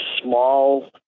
small